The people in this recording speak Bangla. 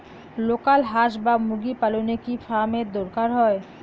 লোকাল হাস বা মুরগি পালনে কি ফার্ম এর দরকার হয়?